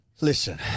Listen